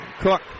Cook